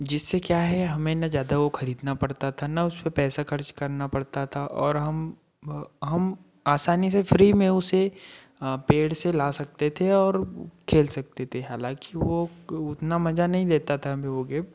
जिससे क्या है हमें न जादा वो खरीदना पड़ता था न उस पर पैसा खर्च करना पड़ता था और हम हम आसानी से फ्री में उसे पेड़ से ला सकते थे और खेल सकते थे हालाँकि वो उ उतना मजा नहीं देता था हमें वो गेम